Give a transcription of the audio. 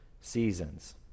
seasons